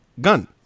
Gun